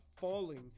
falling